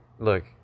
Look